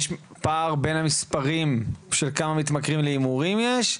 יש פער בין המספרים של כמה מתמכרים להימורים יש,